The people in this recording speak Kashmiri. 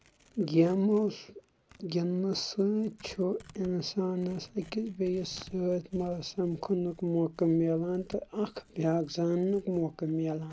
گیمہٕ گنٛدنہٕ سۭتۍ چھُ اِنسانس أکِس بیٚیس سۭتۍ سَمکھٕ نُک موقعہٕ مِلان تہٕ اکھ بیاکھ زَننُک موقعہٕ مِلان